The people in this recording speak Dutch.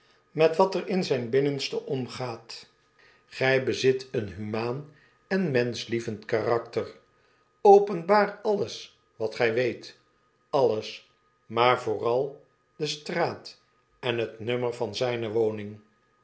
met wat er in zyn binnenste omgaat gfl bezit een humaan en menschlievend karakter openbaar alleswatgij weet alles maar vooral de straat en het nummer van zyne woning